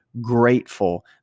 grateful